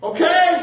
Okay